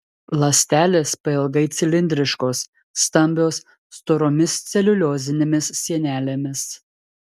ląstelės pailgai cilindriškos stambios storomis celiuliozinėmis sienelėmis